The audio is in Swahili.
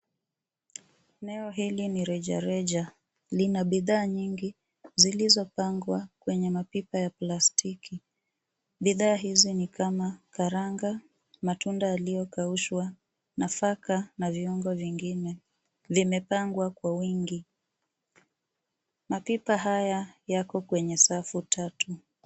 Eneo hili ni rejereja lina bidhaa nyingi zilizopangwa kwenye mapipa ya plastiki, bidhaa hizi ni kama karanga matunda yaliyokaushwa nafaka na viungo vingine vimepangwa kwa wingi ,mapipa haya yako kwenye safu tatu.